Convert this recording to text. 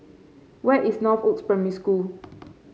where is Northoaks Primary School